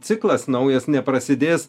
ciklas naujas neprasidės